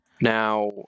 Now